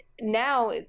now